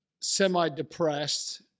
semi-depressed